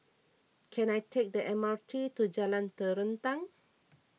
can I take the M R T to Jalan Terentang